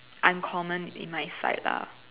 uncommon in my sight lah